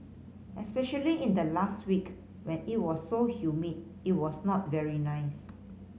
especially in the last week when it was so humid it was not very nice